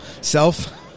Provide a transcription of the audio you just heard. self